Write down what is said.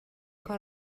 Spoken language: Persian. کار